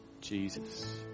Jesus